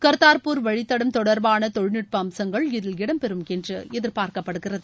கர்த்தாப்பூர் வழித்தடம் தொடர்பான தொழில்நுட்ப அம்சங்கள் இதில் இடம்பெறும் என்று எதிர்பார்க்கப்படுகிறது